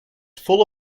full